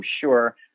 sure